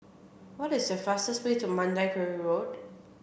what is the fastest way to Mandai Quarry Road